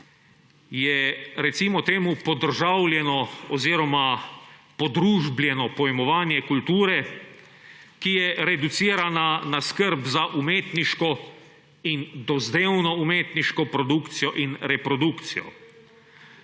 temu, podržavljeno oziroma podružbljeno pojmovanje kulture, ki je reducirana na skrb za umetniško in dozdevno umetniško produkcijo in reprodukcijo.